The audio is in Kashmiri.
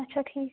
اَچھا ٹھیٖک